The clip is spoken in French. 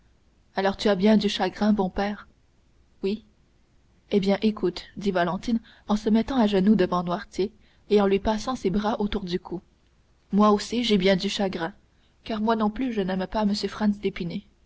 alors tu as bien du chagrin bon père oui eh bien écoute dit valentine en se mettant à genoux devant noirtier et en lui passant ses bras autour du cou moi aussi j'ai bien du chagrin car moi non plus je n'aime pas